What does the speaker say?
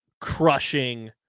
crushing